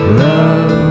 love